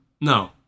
No